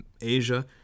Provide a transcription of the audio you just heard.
Asia